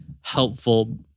helpful